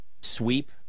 sweep